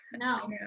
No